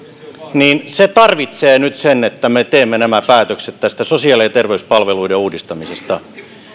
tarvitsee nyt sen että me teemme nämä päätökset sosiaali ja terveyspalveluiden uudistamisesta